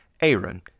Aaron